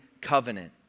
covenant